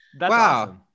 Wow